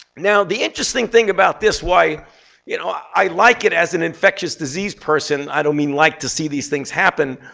now, the interesting thing about this, why you know i i like it as an infectious disease person i don't mean like to see these things happen,